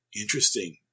Interesting